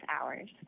hours